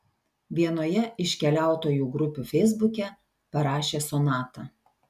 vienoje iš keliautojų grupių feisbuke parašė sonata